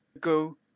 go